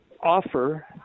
offer